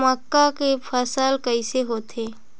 मक्का के फसल कइसे होथे?